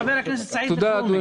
חבר הכנסת סעיד אלחרומי.